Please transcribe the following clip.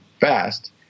fast